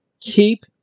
Keep